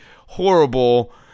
horrible